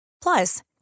Plus